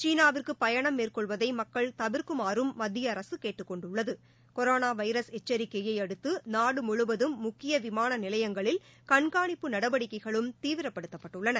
சீனாவிற்கு பயணம் மேற்கொள்வதை மக்கள் தவிர்க்குமாறும் மத்திய அரசு கேட்டுக் கொண்டுள்ளது கொரோனா வைரஸ் எச்சரிக்கையை அடுத்து நாடு முழுவதும் முக்கிய விமான நிலையங்களில் கண்காணிப்பு நடவடிக்கைகளும் தீவிரப்படுத்தப்பட்டுள்ளன